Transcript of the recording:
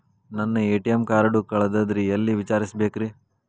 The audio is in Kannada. ನನ್ನ ಎ.ಟಿ.ಎಂ ಕಾರ್ಡು ಕಳದದ್ರಿ ಎಲ್ಲಿ ವಿಚಾರಿಸ್ಬೇಕ್ರಿ?